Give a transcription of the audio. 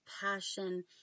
passion